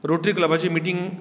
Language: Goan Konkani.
रोटरी क्लबाची मिटींग